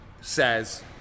says